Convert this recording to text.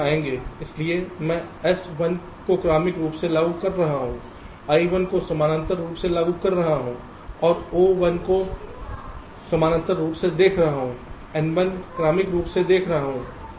इसलिए मैं S1 को क्रमिक रूप से लागू कर रहा हूं I1 को समानांतर रूप से लागू कर रहा हूं और O1 को समानांतर रूप से देख रहा हूं N1 क्रमिक रूप से देख रहा हूं